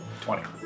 Twenty